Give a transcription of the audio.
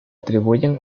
atribuyen